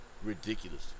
Ridiculous